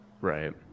Right